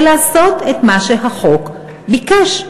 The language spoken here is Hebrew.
ולעשות את מה שהחוק ביקש.